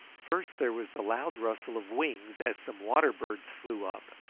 first there was the loud rustle of wings as some water birds flew up,